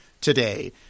today